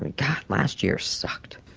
and god, last year sucked.